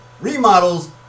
remodels